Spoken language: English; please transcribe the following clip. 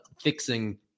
fixing